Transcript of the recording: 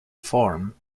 form